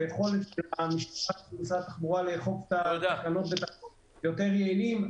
היכולת של המשטרה ושל משרד התחבורה לאכוף את התקנות יותר יעילה,